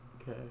okay